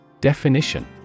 Definition